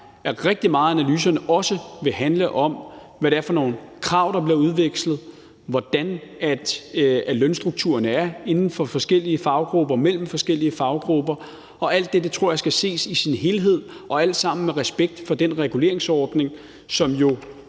at rigtig mange af analyserne vil handle om, hvad det er for nogle krav, der bliver udvekslet, hvordan lønstrukturerne er inden for forskellige faggrupper og mellem forskellige faggrupper. Og alt det tror jeg skal ses i sin helhed og alt sammen med respekt for den reguleringsordning, som jo